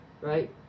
right